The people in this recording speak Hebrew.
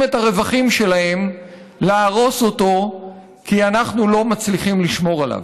את הרווחים שלהם להרוס אותו כי אנחנו לא מצליחים לשמור עליו.